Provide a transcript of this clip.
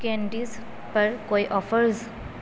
candies پر کوئی offers